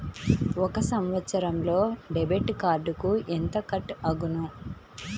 ఒక సంవత్సరంలో డెబిట్ కార్డుకు ఎంత కట్ అగును?